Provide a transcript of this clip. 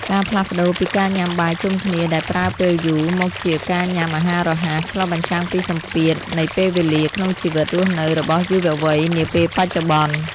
ការផ្លាស់ប្ដូរពីការញ៉ាំបាយជុំគ្នាដែលប្រើពេលយូរ មកជាការញ៉ាំអាហាររហ័ស ឆ្លុះបញ្ចាំងពីសម្ពាធនៃពេលវេលាក្នុងជីវិតរស់នៅរបស់យុវវ័យនាពេលបច្ចុប្បន្ន។